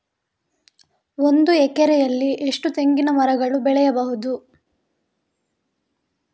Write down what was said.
ಒಂದು ಎಕರೆಯಲ್ಲಿ ಎಷ್ಟು ತೆಂಗಿನಮರಗಳು ಬೆಳೆಯಬಹುದು?